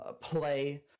play